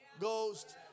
Ghost